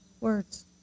words